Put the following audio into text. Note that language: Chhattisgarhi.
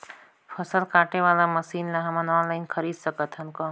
फसल काटे वाला मशीन ला हमन ऑनलाइन खरीद सकथन कौन?